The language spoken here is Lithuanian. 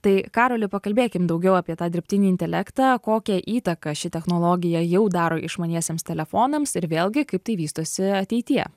tai karoli pakalbėkim daugiau apie tą dirbtinį intelektą kokią įtaką ši technologija jau daro išmaniesiems telefonams ir vėlgi kaip tai vystosi ateityje